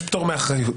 יש פטור מאחריות,